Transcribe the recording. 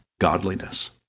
godliness